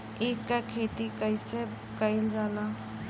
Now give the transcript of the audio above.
ईख क खेती कइसे कइल जाला?